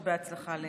ובהצלחה למאי.